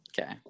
Okay